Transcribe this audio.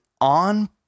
on